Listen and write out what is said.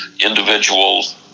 individuals